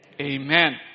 Amen